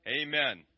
Amen